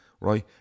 right